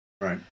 Right